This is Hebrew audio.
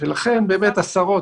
ולכן באמת עשרות,